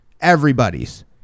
everybody's